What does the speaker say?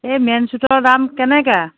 এই মেইন ছেটৰ দাম কেনেকৈ